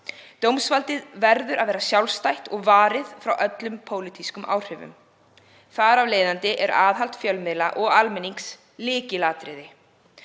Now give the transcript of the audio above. Dómsvaldið verður að vera sjálfstætt og varið frá öllum pólitískum áhrifum. Þar af leiðandi er aðhald fjölmiðla og almennings lykilatriði.